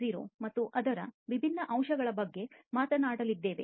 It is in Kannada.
0 ಮತ್ತು ಅದರ ವಿಭಿನ್ನ ಅಂಶಗಳ ಬಗ್ಗೆ ಮಾತನಾಡಲಿದ್ದೇವೆ